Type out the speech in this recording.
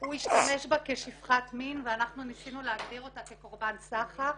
והוא השתמש בה כשפחת מין ואנחנו ניסינו להגדיר אותה כקורבן סחר.